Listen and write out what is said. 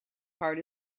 part